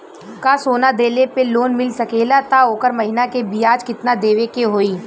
का सोना देले पे लोन मिल सकेला त ओकर महीना के ब्याज कितनादेवे के होई?